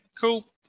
cool